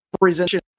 presentation